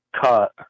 cut